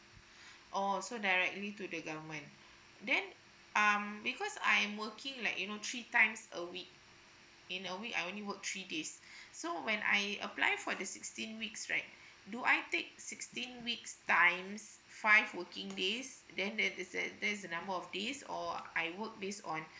oh so directly to the government then um because I'm working like you know three times a week in a week I only work three days so when I apply for the sixteen weeks right do I take sixteen weeks times five working days then that is is that there's a number of days or I work based on